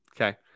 Okay